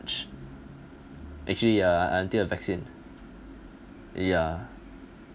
actually uh until a vaccine ya